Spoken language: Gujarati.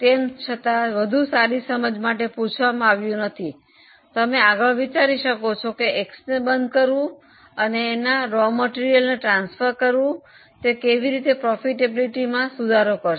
તેમ છતાં વધુ સારી સમજ માટે પૂછવામાં આવ્યું નથી તમે આગળ વિચારી શકો છો કે X ને બંધ કરવું અને એના કાચા માલને ટ્રાન્સફર કરવું તે કેવી રીતે નફાકારકતામાં સુધારો કરશે